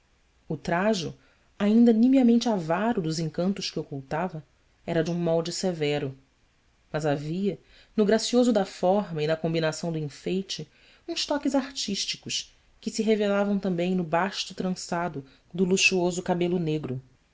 o trajo ainda nimiamente avaro dos encantos que ocultava era de um molde severo mas havia no gracioso da forma e na combinação do enfeite uns toques artísticos que se revelavam também no basto trançado do luxuoso cabelo negro